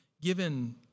given